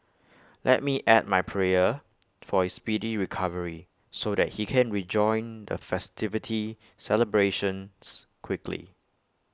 let me add my prayer for his speedy recovery so that he can rejoin the festivity celebrations quickly